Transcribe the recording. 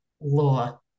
law